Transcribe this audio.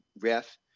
ref